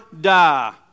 die